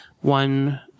one